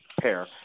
pair